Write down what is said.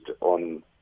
on